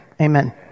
amen